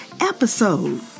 episode